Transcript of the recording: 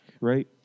Right